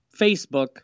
Facebook